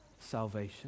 salvation